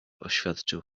oświadczył